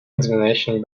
examination